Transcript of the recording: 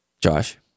Josh